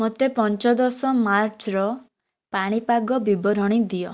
ମୋତେ ପଞ୍ଚଦଶ ମାର୍ଚ୍ଚର ପାଣିପାଗ ବିବରଣୀ ଦିଅ